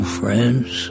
friends